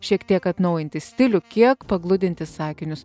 šiek tiek atnaujinti stilių kiek pagludinti sakinius